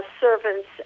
servants